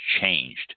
changed